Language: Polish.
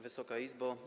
Wysoka Izbo!